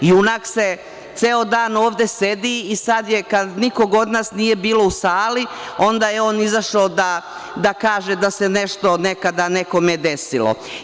Junak ceo dan ovde sedi i sad kada nikog od nas nije bilo u sali, onda je on izašao da kaže da se nešto, nekada nekome desilo.